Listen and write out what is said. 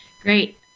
Great